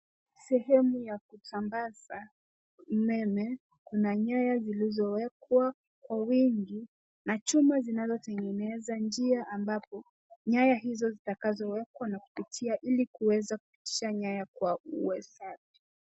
Sehemu ya kusambaza umeme. Kuna nyaya zilizowekwa kwa wingi na chuma zinazotengeneza njia ambapo nyaya hizo zitakazowekwa na kupitia ili kuweza kupitisha nyaya kwa uwezaji.